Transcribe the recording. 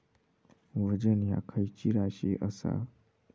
वजन ह्या खैची राशी असा?